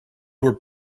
were